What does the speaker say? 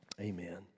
Amen